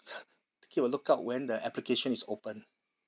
keep a lookout when the application is open